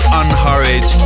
unhurried